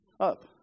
Up